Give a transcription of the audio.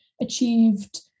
achieved